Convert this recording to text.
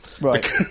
Right